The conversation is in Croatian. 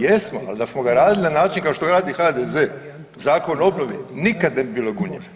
Jesmo, ali da smo ga radili na način kao što ga radi HDZ zakon o obnovi nikad ne bi bilo Gunje.